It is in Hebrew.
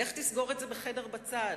לך תסגור את זה בחדר בצד,